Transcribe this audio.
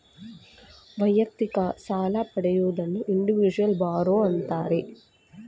ವೈಯಕ್ತಿಕ ಸಾಲ ಪಡೆಯುವುದನ್ನು ಇಂಡಿವಿಜುವಲ್ ಬಾರೋ ಅಂತಾರೆ